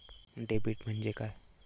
Debit म्हणजे काय?